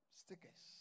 stickers